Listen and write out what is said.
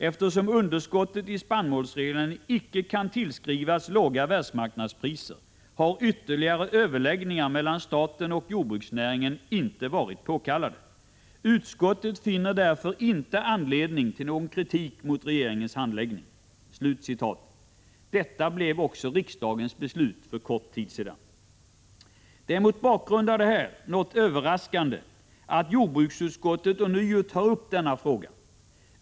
Eftersom underskottet i spannmålsregleringarna inte kan tillskrivas låga världsmarknadspriser har ytterligare överläggningar mellan staten och jordbruksnäringen inte varit påkallade. Utskottet finner därför inte anledning till någon kritik mot regeringens handläggning.” Detta blev också riksdagens beslut för en kort tid sedan. Det är mot bakgrund av detta något överraskande att jordbruksutskottet ånyo tar upp denna fråga.